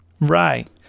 Right